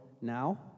now